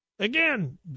Again